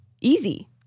easy